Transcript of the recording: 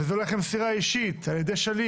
וזה הולך למסירה אישית על ידי שליח,